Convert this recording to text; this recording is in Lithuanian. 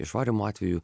išvarymo atveju